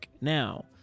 Now